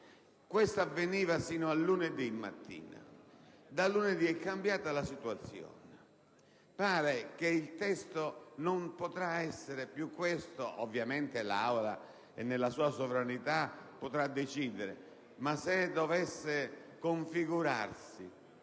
Questo avveniva fino a lunedì mattina; da lunedì è cambiata la situazione. Pare che il testo non potrà essere più questo; ovviamente l'Assemblea, nella sua sovranità, potrà decidere, ma se dovesse configurarsi